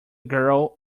girl